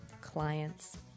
clients